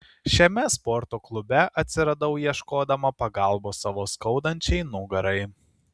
šiame sporto klube atsiradau ieškodama pagalbos savo skaudančiai nugarai